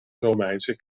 romeinse